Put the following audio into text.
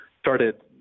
started